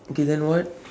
okay then what